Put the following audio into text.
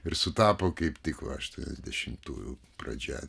ir sutapo kaip tik va aštuoniasdešimtųjų pradžia